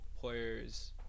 players